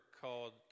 called